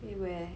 eat where